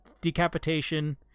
decapitation